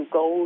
go